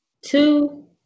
two